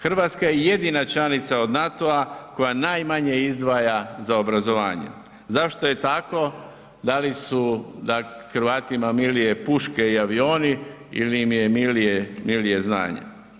Hrvatska je jedina članica od NATO-a koja najmanje izdvaja za obrazovanje, zašto je tako, da li su Hrvatima milije puške i avioni ili im je milije znanje.